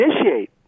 initiate